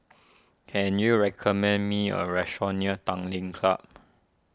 can you recommend me a restaurant near Tanglin Club